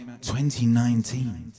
2019